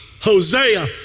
Hosea